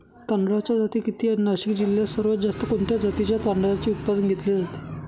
तांदळाच्या जाती किती आहेत, नाशिक जिल्ह्यात सर्वात जास्त कोणत्या जातीच्या तांदळाचे उत्पादन घेतले जाते?